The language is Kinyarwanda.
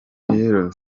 rero